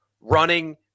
running